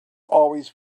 always